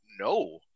No